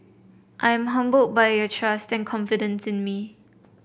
I am humbled by your trust and confidence in me